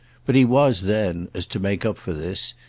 but he was then, as to make up for this,